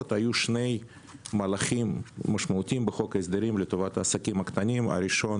היו שני מהלכים משמעותיים בחוק ההסדרים לטובת העסקים הקטנים: הראשון,